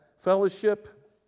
Fellowship